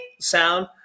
sound